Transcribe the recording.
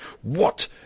What